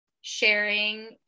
sharing